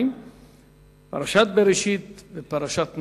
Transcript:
פרשת בראשית ופרשת נח,